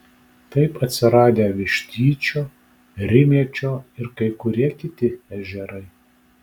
taip atsiradę vištyčio rimiečio ir kai kurie kiti ežerai